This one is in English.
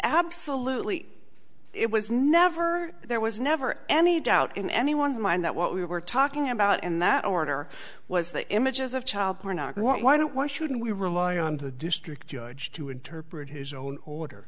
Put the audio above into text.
absolutely it was never there was never any doubt in anyone's mind that what we were talking about in that order was the images of child pornography why don't why shouldn't we rely on the district judge to interpret his own order